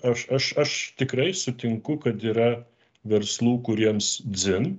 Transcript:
aš aš aš tikrai sutinku kad yra verslų kuriems dzin